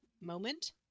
moment